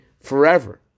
forever